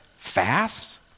Fast